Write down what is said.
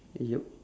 yup